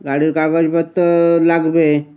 গাড়ির কাগজপত্র লাগবে